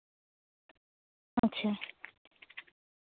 ᱟᱪᱪᱷᱟ